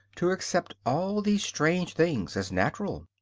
to accept all these strange things as natural.